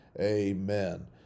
Amen